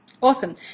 Awesome